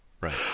Right